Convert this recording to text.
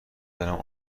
برم